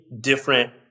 different